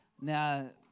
Now